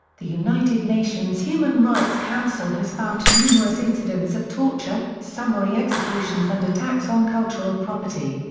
the united nations human rights council has found numerous incidents of torture, summary executions and attacks on cultural property.